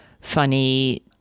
funny